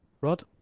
Rod